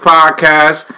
Podcast